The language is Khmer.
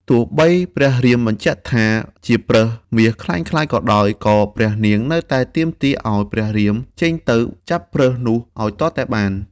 ទោះបីព្រះរាមបញ្ជាក់ថា ជាប្រើសមាសក្លែងក្លាយក៏ដោយ ក៏ព្រះនាងនៅតែទាមទារឱ្យព្រះរាមចេញទៅចាប់ប្រើសនោះឱ្យទាល់តែបាន។